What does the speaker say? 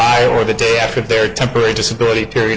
my or the day after their temporary disability period